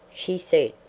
she said,